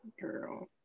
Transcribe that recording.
Girl